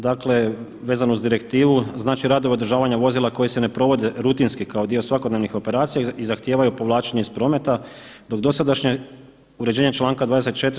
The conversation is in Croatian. Dakle vezano uz direktivu, znači radove održavanje vozila koji se ne provode rutinski kao dio svakodnevnih operacija i zahtijevaju povlačenje iz prometa dok dosadašnje uređenje članka 24.